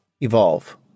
Evolve